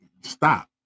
Stop